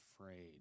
afraid